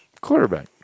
Quarterback